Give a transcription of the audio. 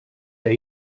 der